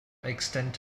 extent